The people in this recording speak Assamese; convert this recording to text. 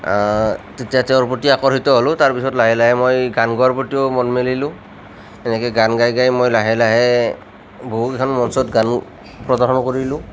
তেতিয়া তেওঁৰ প্ৰতি আকৰ্ষিত হলোঁ তাৰপিছত লাহে লাহে মই গান গোৱাৰ প্ৰতিও মন মেলিলোঁ এনেকে গান গাই গাই মই লাহে লাহে বহুকেইখন মঞ্চত গান প্ৰদৰ্শন কৰিলোঁ